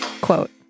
quote